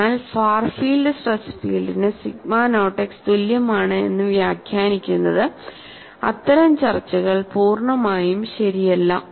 അതിനാൽ far field stress ഫീൽഡിന് sigma naught x തുല്യമാണ് എന്ന് വ്യാഖ്യാനിക്കുന്നത് അത്തരം ചർച്ചകൾ പൂർണ്ണമായും ശരിയല്ല